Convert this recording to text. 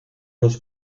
los